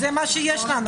זה מה שיש לנו עכשיו.